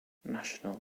national